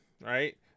right